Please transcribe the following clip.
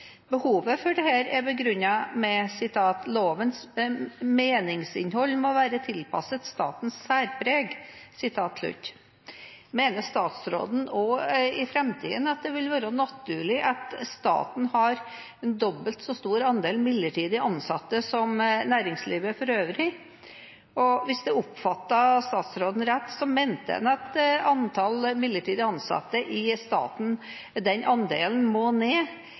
Behovet for dette er begrunnet med at lovens «meningsinnhold» må være «tilpasset statens særpreg». Mener statsråden at det også i framtiden vil være naturlig at staten har dobbelt så stor andel midlertidig ansatte som næringslivet for øvrig? Hvis jeg oppfattet statsråden rett, mente han at andelen midlertidige ansatte i staten må ned. Hvilke virkemidler mener statsråden vi må bruke for å få ned